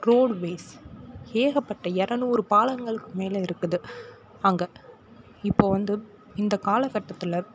road ways ஏகப்பட்ட இரநூறு பாலங்களுக்கு மேலே இருக்குது அங்கே இப்போது வந்து இந்த காலகட்டத்தில்